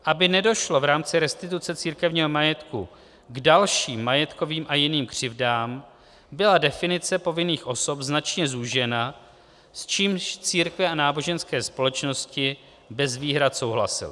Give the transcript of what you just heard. Aby nedošlo v rámci restituce církevního majetku k dalším majetkovým a jiným křivdám, byla definice povinných osob značně zúžena, s čímž církve a náboženské společnosti bez výhrad souhlasily.